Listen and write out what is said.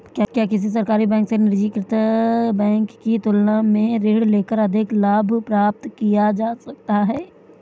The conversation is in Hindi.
क्या किसी सरकारी बैंक से निजीकृत बैंक की तुलना में ऋण लेकर अधिक लाभ प्राप्त किया जा सकता है?